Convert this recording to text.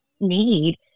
need